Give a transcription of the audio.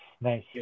nice